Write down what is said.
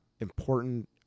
important